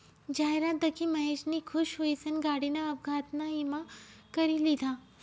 जाहिरात दखी महेशनी खुश हुईसन गाडीना अपघातना ईमा करी लिधा